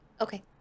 Okay